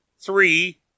three